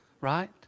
Right